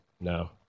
no